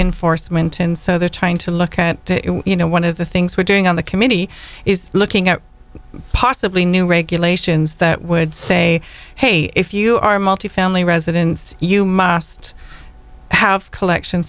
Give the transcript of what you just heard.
enforcement and so they're trying to look at you know one of the things we're doing on the committee is looking at possibly new regulations that would say hey if you are multifamily residence you must have collection